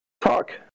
talk